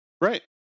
Right